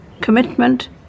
commitment